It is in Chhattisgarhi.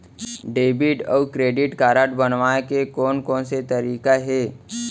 डेबिट अऊ क्रेडिट कारड बनवाए के कोन कोन से तरीका हे?